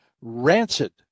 rancid